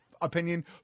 opinion